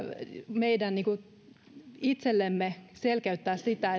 meidän itsellemme selkeyttää sitä